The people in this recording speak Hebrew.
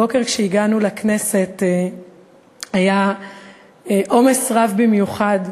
הבוקר, כשהגענו לכנסת, היה עומס רב במיוחד,